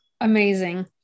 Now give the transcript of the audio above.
Amazing